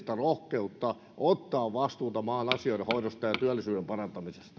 poliittista rohkeutta ottaa vastuuta maan asioiden hoidosta ja työllisyyden parantamisesta